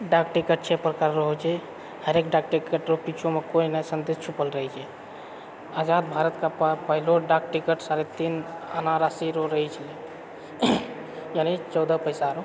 डाक टिकट छै कए प्रकार रऽ होइत छै हरेक डाक टिकट रऽ पीछोमे कोइ ने सन्देश छुपल रहैत छै आजाद भारतके पहिलो डाक टिकट साढ़े तीन अना राशी रऽ रहैत छै यानी चौदह पैसा रऽ